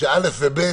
שכיתות א' ו-ב'